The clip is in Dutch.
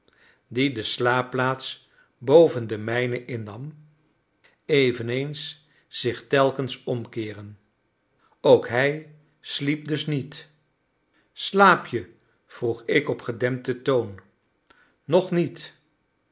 die de slaapplaats boven de mijne innam eveneens zich telkens omkeeren ook hij sliep dus niet slaap je vroeg ik op gedempten toon nog niet